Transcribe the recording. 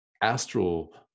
astral